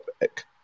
back